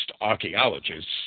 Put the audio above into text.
archaeologists